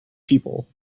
people